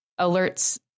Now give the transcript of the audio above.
alerts